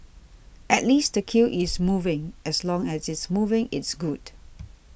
at least the queue is moving as long as it's moving it's good